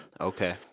Okay